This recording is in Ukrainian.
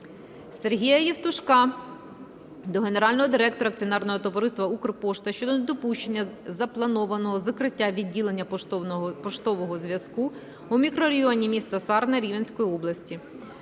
Сергія Євтушка до Генерального директора Акціонерного товариства "Укрпошта" щодо недопущення запланованого закриття відділення поштового зв'язку у мікрорайоні міста Сарни Рівненської області.